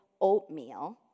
oatmeal